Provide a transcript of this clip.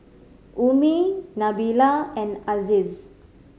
Ummi Nabila and Aziz